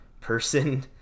person